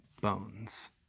bones